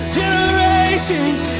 generations